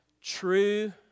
true